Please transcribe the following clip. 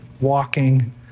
walking